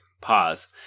Pause